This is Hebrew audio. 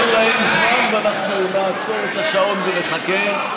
ניתן להם זמן, ואנחנו נעצור את השעון ונחכה.